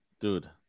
dude